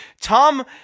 Tom